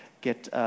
get